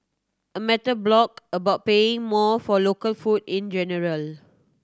a mental block about paying more for local food in general